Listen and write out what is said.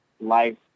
life